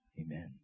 Amen